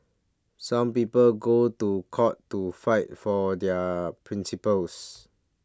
some people go to court to fight for their principles